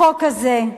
החוק הזה,